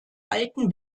alten